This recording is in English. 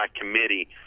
committee